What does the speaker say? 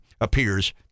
appears